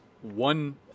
one